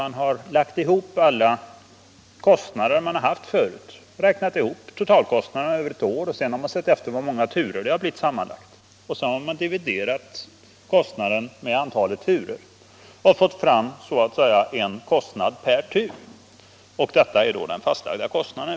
Man har nämligen lagt ihop alla kostnader man haft förut under ett år och sedan sett efter hur många turer det blivit sammanlagt. Därefter har man dividerat kostnaden med antalet turer och fått fram en kostnad per tur. Detta skulle i princip vara den fastlagda kostnaden.